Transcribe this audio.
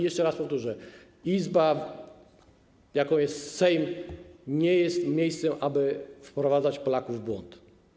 Jeszcze raz powtórzę: Izba, jaką jest Sejm, nie jest miejscem, aby wprowadzać Polaków w błąd.